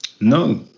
No